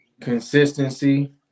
consistency